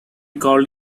called